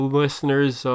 listeners